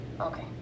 Okay